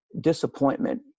disappointment